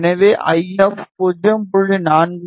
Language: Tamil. எனவே ஐ எப் 0